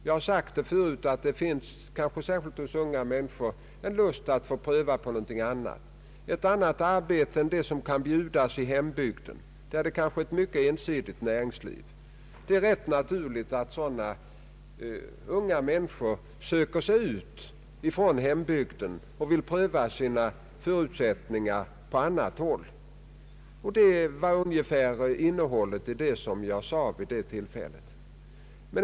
Jag har sagt förut att det kanske särskilt hos unga människor finns en lust att få pröva på någonting annat, ett annat arbete än det som kan bjudas i hembygden, där det kanske är ett mycket ensidigt näringsliv. Det är rätt naturligt att sådana unga människor söker sig bort från hembygden och vill pröva sina förutsättningar på annat håll. Detta var ungefär innebörden i vad jag sade vid det tillfället.